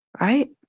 Right